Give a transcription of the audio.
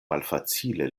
malfacile